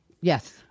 Yes